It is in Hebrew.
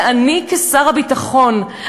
זה אני כשר הביטחון,